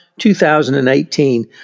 2018